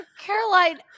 Caroline